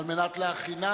המשפטית והאפוטרופסות (תיקון,